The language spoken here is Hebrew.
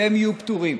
והם יהיו פטורים.